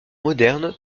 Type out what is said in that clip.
moderne